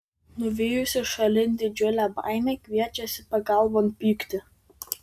nuvijusi šalin didžiulę baimę kviečiasi pagalbon pyktį